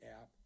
app